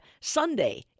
Sunday